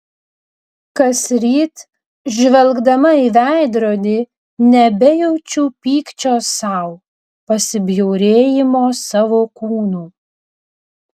kasryt žvelgdama į veidrodį nebejaučiu pykčio sau pasibjaurėjimo savo kūnu